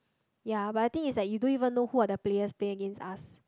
ya but the thing is that you don't even know who are the players playing against us